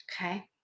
Okay